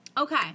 Okay